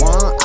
One